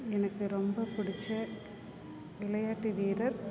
எனக்கு ரொம்ப புடிச்ச விளையாட்டு வீரர்